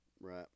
right